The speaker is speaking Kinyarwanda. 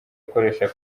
akoresha